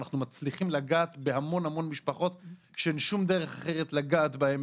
אנחנו מצליחים לגעת בהמון המון משפחות שאין שום דרך לגעת בהן,